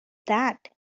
that